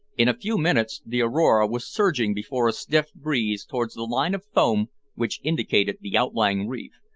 in a few minutes the aurora was surging before a stiff breeze towards the line of foam which indicated the outlying reef,